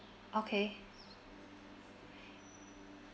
okay